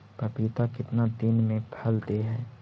पपीता कितना दिन मे फल दे हय?